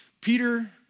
Peter